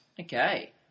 Okay